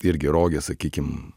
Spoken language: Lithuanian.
irgi rogės sakykim